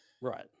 right